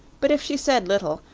but if she said little,